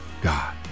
God